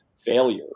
failure